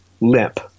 limp